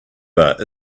bar